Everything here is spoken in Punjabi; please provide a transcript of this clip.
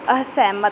ਅਸਹਿਮਤ